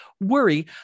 worry